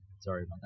sorry